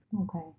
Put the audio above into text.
Okay